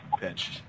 pitch